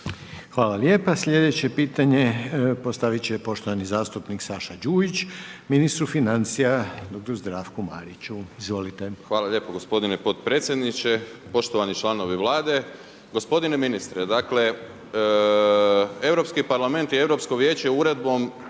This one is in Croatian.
Hvala lijepa. Sljedeće pitanje postaviti će poštovani zastupnik Saša Đujić, ministru financija dr. Zdravku Mariću. Izvolite. **Đujić, Saša (SDP)** Hvala lijepo gospodine potpredsjedniče, poštovani članovi Vlade. Gospodine ministre, Europski parlament i Europsko vijeće uredbom